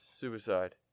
suicide